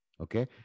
Okay